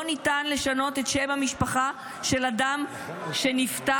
היום לא ניתן לשנות את שם המשפחה של אדם שנפטר,